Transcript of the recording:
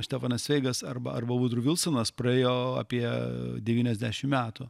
štefanas cveigas arba arba vudru vilsonas praėjo apie devyniasdešimt metų